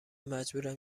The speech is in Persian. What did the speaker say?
مجبورم